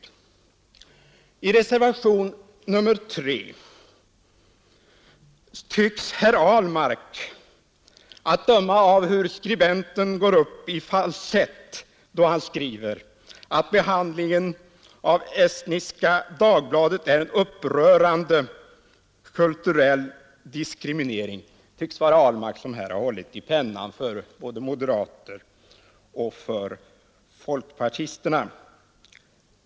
När det gäller reservationen 3 tycks det — att döma av hur skribenten går upp i falsett, då han skriver att behandlingen av Estniska Dagbladet är stödjande ändamål stödjande ändamål en upprörande kulturell diskriminering — vara herr Ahlmark som hållit i pennan för både moderater och folkpartister.